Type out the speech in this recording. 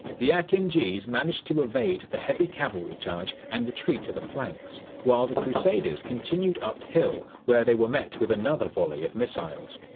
the akinjis managed to evade the heavy cavalry charge and retreat to the flanks while the crusaders continued uphill, where they were met with another volley of missiles.